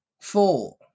Four